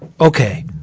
okay